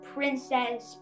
Princess